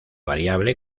variable